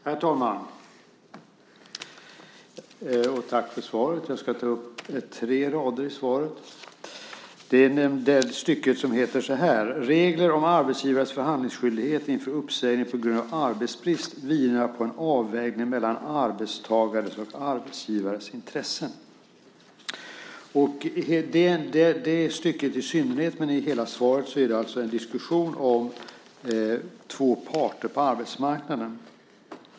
Herr talman! Tack för svaret! Jag ska ta upp tre rader i svaret. Det är det stycke som lyder så här: "Reglerna om arbetsgivares förhandlingsskyldighet inför uppsägning på grund av arbetsbrist vilar på en avvägning mellan arbetstagares och arbetsgivares intressen." I det stycket i synnerhet men i hela svaret är det alltså en diskussion om två parter på arbetsmarknaden.